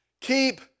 Keep